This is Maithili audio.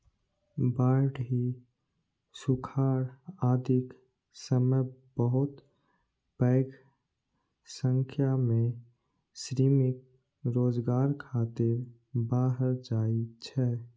बाढ़ि, सुखाड़ आदिक समय बहुत पैघ संख्या मे श्रमिक रोजगार खातिर बाहर जाइ छै